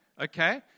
Okay